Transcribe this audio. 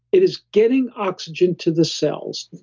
it is getting oxygen to the cells.